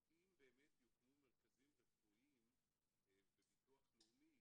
אם יוקמו מרכזים רפואיים בביטוח לאומי,